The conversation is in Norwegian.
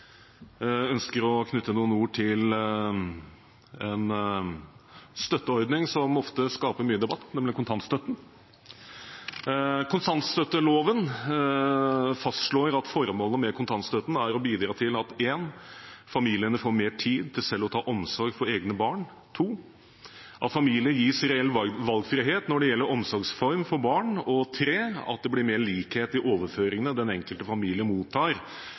ønsker å knytte noen ord til en støtteordning som ofte skaper mye debatt, nemlig kontantstøtten. Kontantstøtteloven fastslår at formålet med kontantstøtten er å bidra til at familiene får mer tid til selv å ta omsorgen for egne barn at familiene gis reell valgfrihet når det gjelder omsorgsform for barn at det blir mer likhet i overføringene den enkelte familie mottar